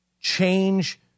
change